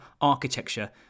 architecture